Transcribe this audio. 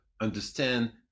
understand